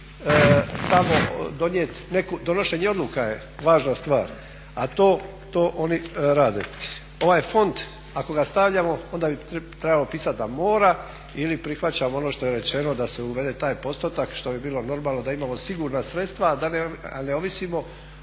i tamo donijeti neku, donošenje odluka je važna stvar, a to oni rade. Ovaj fond ako ga stavljamo onda bi trebalo pisati da mora ili prihvaćam ono što je rečeno da se uvede taj postotak što bi bilo normalno da imamo sigurna sredstva, ali ne ovisimo